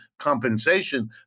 compensation